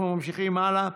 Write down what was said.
אנחנו ממשיכים הלאה,